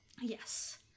Yes